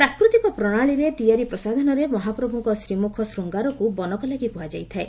ପ୍ରାକୃତିକ ପ୍ରଶାଳୀରେ ତିଆରି ପ୍ରସାଧାନରେ ମହାପ୍ରଭୁଙ୍କ ଶ୍ରୀମୁଖ ଶ୍ରିଙ୍ଗାରକୁ ବନକଲାଗି କୁହାଯାଇଥାଏ